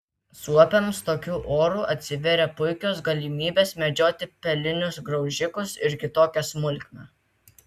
suopiams tokiu oru atsiveria puikios galimybės medžioti pelinius graužikus ir kitokią smulkmę